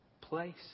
place